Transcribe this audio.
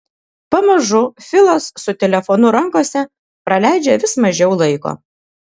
pamažu filas su telefonu rankose praleidžia vis mažiau laiko